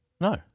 No